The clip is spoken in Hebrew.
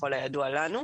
ככל הידוע לנו,